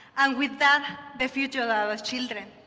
and with that, the future of our children.